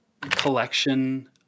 collection